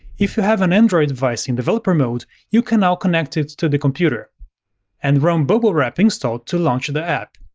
if you have an android device in developer mode, you can now connect it to the computer and run bubblewrap install to launch the app.